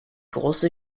große